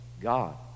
God